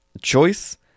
choice